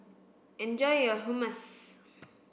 enjoy your Hummus